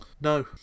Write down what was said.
No